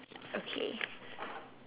okay